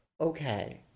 okay